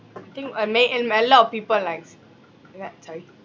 I think uh may and my lot of people likes is that sorry